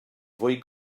fwy